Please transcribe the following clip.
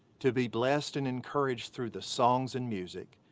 to be blessed and encouraged through the songs and music.